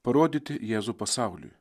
parodyti jėzų pasauliui